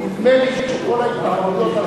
נדמה לי שכל ההתנחלויות,